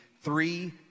three